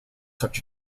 such